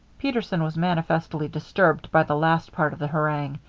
peterson was manifestly disturbed by the last part of the harangue.